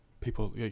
people